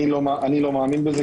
אני לא מאמין בזה,